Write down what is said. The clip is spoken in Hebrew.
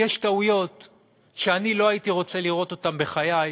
יש טעויות שאני לא הייתי רוצה לראות בחיי,